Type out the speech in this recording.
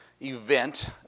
event